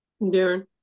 Darren